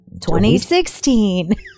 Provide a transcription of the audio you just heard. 2016